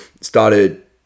Started